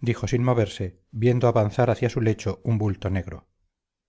dijo sin moverse viendo avanzar hacia su lecho un bulto negro